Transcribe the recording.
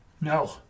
No